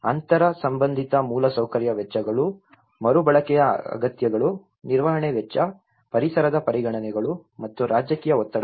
ಅಂತರ್ ಸಂಬಂಧಿತ ಮೂಲಸೌಕರ್ಯ ವೆಚ್ಚಗಳು ಮರುಬಳಕೆಯ ಅಗತ್ಯಗಳು ನಿರ್ವಹಣೆ ವೆಚ್ಚ ಪರಿಸರದ ಪರಿಗಣನೆಗಳು ಮತ್ತು ರಾಜಕೀಯ ಒತ್ತಡಗಳು